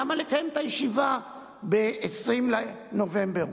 למה לקיים את הישיבה ב-20 בנובמבר?